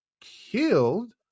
killed